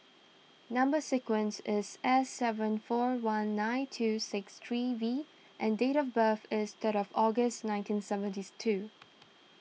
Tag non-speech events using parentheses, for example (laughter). Number Sequence is S seven four one nine two six three V and date of birth is third of August nineteen seventies two (noise)